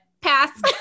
Pass